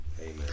Amen